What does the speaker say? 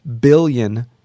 billion